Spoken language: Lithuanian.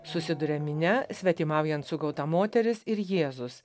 susiduria minia svetimaujant sugauta moteris ir jėzus